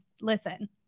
listen